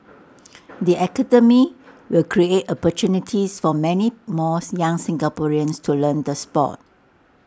the academy will create opportunities for many more young Singaporeans to learn the Sport